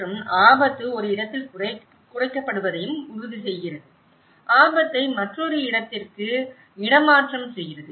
மற்றும் ஆபத்து ஒரு இடத்தில் குறைக்கப்படுவதை உறுதிசெய்கிறது ஆபத்தை மற்றொரு இடத்திற்கு இடமாற்றம் செய்கிறது